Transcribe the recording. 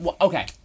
Okay